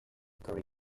curry